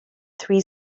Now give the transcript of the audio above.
three